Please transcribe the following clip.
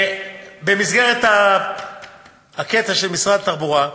במסגרת הקטע של משרד התחבורה,